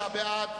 36 בעד,